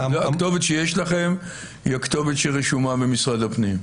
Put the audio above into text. הכתובת שיש לכם היא הכתובת שרשומה במשרד הפנים?